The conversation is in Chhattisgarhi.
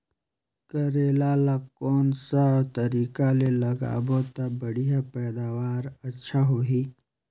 करेला ला कोन सा तरीका ले लगाबो ता बढ़िया पैदावार अच्छा होही?